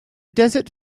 desert